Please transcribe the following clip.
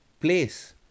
place